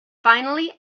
finally